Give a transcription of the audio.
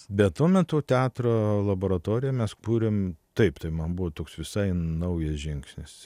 bet tuo metu teatro laboratoriją mes kūrėm taip tai man buvo toks visai naujas žingsnis